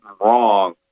wrong